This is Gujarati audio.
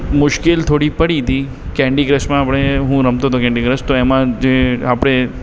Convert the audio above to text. મુશ્કેલી થોડી પડી હતી કેન્ડી ક્રશમાં આપણે હું રમતો હતો કેન્ડી ક્રશ તો એમાં જે આપણે